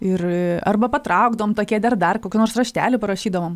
ir arba patraukdavom tą kėdę ar dar kokį nors raštelį parašydavom